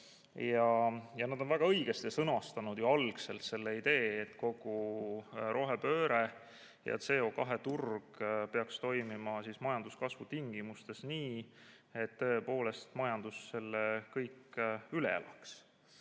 Nad on väga õigesti sõnastanud algselt idee, et kogu rohepööre ja CO2‑turg peaks toimima majanduskasvu tingimustes nii, et majandus selle kõik üle elaks.